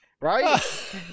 right